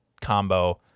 combo